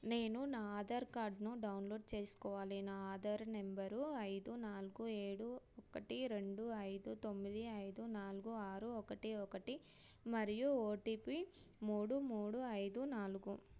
నేను నా ఆధార్ కార్డ్ను డౌన్లోడ్ చేసుకోవాలి నా ఆధార్ నెంబరు ఐదు నాలుగు ఏడు ఒకటి రెండు ఐదు తొమ్మిది ఐదు నాలుగు ఆరు ఒకటి ఒకటి మరియు ఓటీపీ మూడు మూడు ఐదు నాలుగు